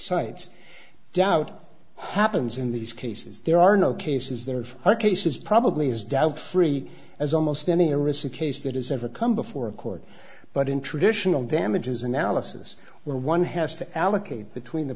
cite doubt happens in these cases there are no cases there are cases probably as doubt free as almost any a recent case that has ever come before a court but in traditional damages analysis where one has to allocate between the